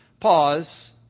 pause